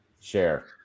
Share